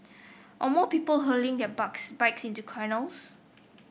or more people hurling their bikes into canals